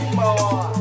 more